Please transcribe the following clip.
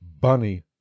bunny